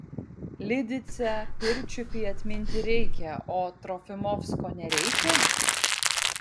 lidicę pirčiupį atminti reikia o trofimovsko nereikia